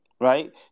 Right